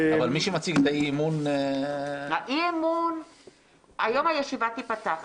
אבל מי שמציג את האי-אמון --- היום הישיבה תיפתח.